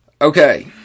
Okay